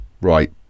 Right